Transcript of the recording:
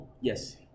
Yes